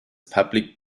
public